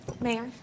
Mayor